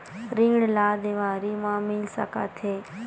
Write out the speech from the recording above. ऋण ला देवारी मा मिल सकत हे